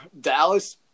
Dallas